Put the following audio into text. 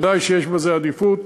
ודאי שיש לזה עדיפות.